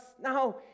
No